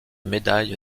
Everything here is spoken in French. médaille